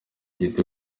gito